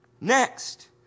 Next